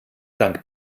dank